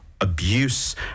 abuse